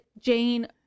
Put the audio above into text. Jane